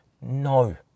No